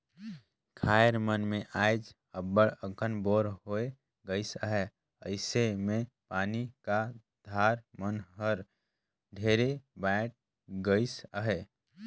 खाएर मन मे आएज अब्बड़ अकन बोर होए गइस अहे अइसे मे पानी का धार मन हर ढेरे बटाए गइस अहे